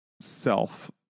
self